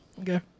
Okay